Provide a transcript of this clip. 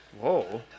Whoa